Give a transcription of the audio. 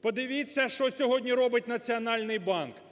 Подивіться, що сьогодні робить Національний банк.